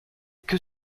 que